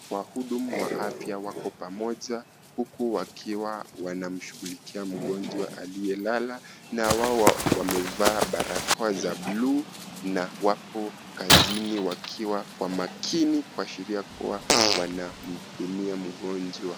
Wahudumu wa afya wako pamoja, huku wakiwa wana mshugulikia mgonjwa aliyelala na wao wamevaa barakoa za bluu na wapo kazini wakiwa wamakini kuashiria kuwa wanamhudumia mgonjwa.